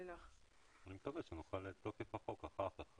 אני מקווה שנוכל לבדוק את החוק אחר כך,